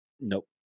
Nope